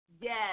yes